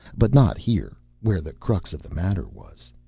but not here, where the crux of the matter was.